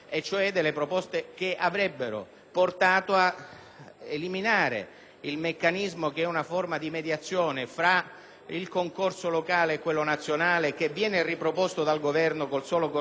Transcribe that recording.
eliminare il meccanismo, che è una forma di mediazione tra il concorso locale e quello nazionale, che viene riproposto dal Governo con il solo correttivo di un sorteggio sussidiario. Ci saremmo